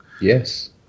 Yes